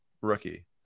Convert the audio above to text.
rookie